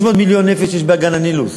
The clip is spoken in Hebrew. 300 מיליון נפש יש באגן הנילוס.